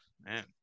man